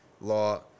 law